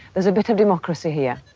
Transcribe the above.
there's a bit of democracy here.